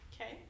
Okay